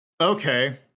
Okay